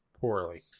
poorly